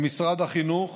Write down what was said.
למשרד החינוך